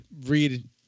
read